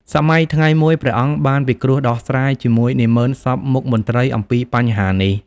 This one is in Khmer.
សម័យថ្ងៃមួយ ព្រះអង្គបានពិគ្រោះដោះស្រាយជាមួយនាម៉ឺនសព្វមុខមន្ត្រីអំពីបញ្ហានេះ។